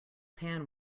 pan